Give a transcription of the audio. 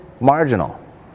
marginal